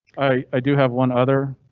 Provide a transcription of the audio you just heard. i do have one other.